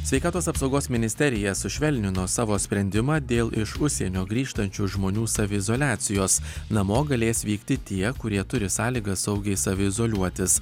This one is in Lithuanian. sveikatos apsaugos ministerija sušvelnino savo sprendimą dėl iš užsienio grįžtančių žmonių saviizoliacijos namo galės vykti tie kurie turi sąlygas saugiai saviizoliuotis